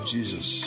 Jesus